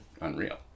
unreal